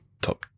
top